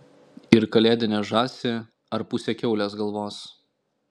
ir kalėdinę žąsį ar pusę kiaulės galvos